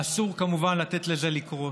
ואסור כמובן לתת לזה לקרות.